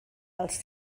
els